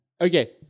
Okay